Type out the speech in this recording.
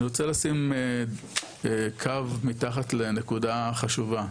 אני רוצה לשים קו מתחת לנקודה חשובה,